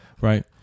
right